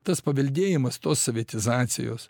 tas paveldėjimas tos sovietizacijos